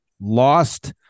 lost